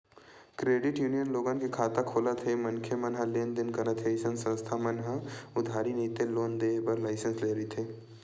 credit union लोगन के खाता खोलत हे मनखे मन ह लेन देन करत हे अइसन संस्था मन ह उधारी नइते लोन देय बर लाइसेंस लेय रहिथे